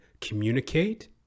communicate